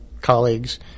colleagues